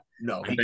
No